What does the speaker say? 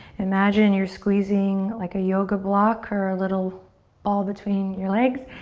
imagine you're squeezing like a yoga block or a little ball between your legs.